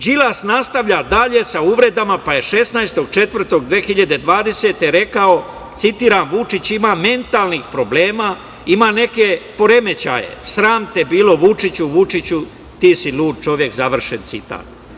Đilas nastavlja dalje da uvredama, pa je 16. aprila 2020. godine rekao, citiram – Vučić ima mentalnih problema, ima neke poremećaje, sram te bilo Vučiću, Vučiću ti si lud čovek, završen citat.